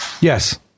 Yes